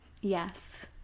Yes